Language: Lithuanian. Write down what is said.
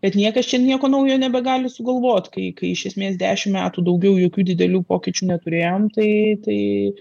kad niekas čia nieko naujo nebegali sugalvot kai kai iš esmės dešimt metų daugiau jokių didelių pokyčių neturėjom tai tai